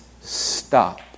stop